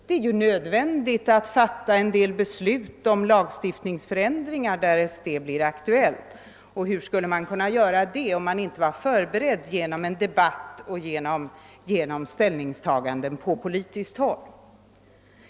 Det är ju nödvändigt att fatta en del beslut om lagändringar, där sådana blir aktuella, och hur skulle man kunna göra det om man inte är förberedd genom en debatt och genom ställningstaganden på politiskt håll?